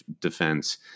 defense